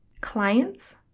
Clients